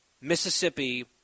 Mississippi